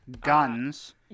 Guns